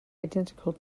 identical